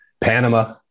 Panama